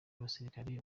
abasirikare